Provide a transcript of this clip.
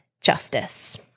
justice